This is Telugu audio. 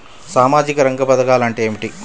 సామాజిక రంగ పధకాలు అంటే ఏమిటీ?